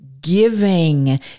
giving